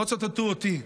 לא ציטטו אותי.